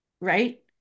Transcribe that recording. right